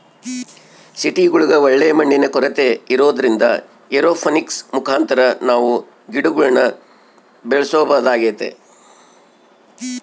ಸಿಟಿಗುಳಗ ಒಳ್ಳೆ ಮಣ್ಣಿನ ಕೊರತೆ ಇರೊದ್ರಿಂದ ಏರೋಪೋನಿಕ್ಸ್ ಮುಖಾಂತರ ನಾವು ಗಿಡಗುಳ್ನ ಬೆಳೆಸಬೊದಾಗೆತೆ